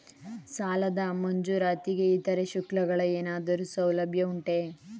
ಸಾಲದ ಮಂಜೂರಾತಿಗೆ ಇತರೆ ಶುಲ್ಕಗಳ ಏನಾದರೂ ಸೌಲಭ್ಯ ಉಂಟೆ?